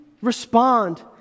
respond